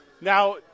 Now